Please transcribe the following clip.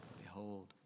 Behold